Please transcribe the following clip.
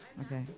Okay